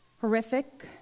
Horrific